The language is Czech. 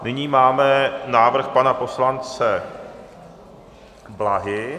Nyní máme návrh pana poslance Blahy.